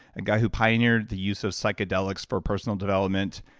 a guy who pioneered the use of psychedelics for personal development,